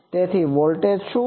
તેથી વોલ્ટેજ શુ છે